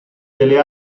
delle